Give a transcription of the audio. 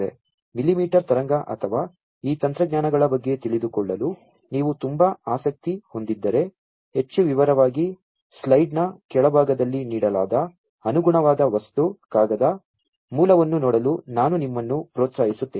millimetre ತರಂಗ ಅಥವಾ ಈ ತಂತ್ರಜ್ಞಾನಗಳ ಬಗ್ಗೆ ತಿಳಿದುಕೊಳ್ಳಲು ನೀವು ತುಂಬಾ ಆಸಕ್ತಿ ಹೊಂದಿದ್ದರೆ ಹೆಚ್ಚು ವಿವರವಾಗಿ ಸ್ಲೈಡ್ನ ಕೆಳಭಾಗದಲ್ಲಿ ನೀಡಲಾದ ಅನುಗುಣವಾದ ವಸ್ತು ಕಾಗದ ಮೂಲವನ್ನು ನೋಡಲು ನಾನು ನಿಮ್ಮನ್ನು ಪ್ರೋತ್ಸಾಹಿಸುತ್ತೇನೆ